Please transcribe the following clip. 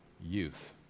youth